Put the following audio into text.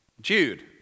Jude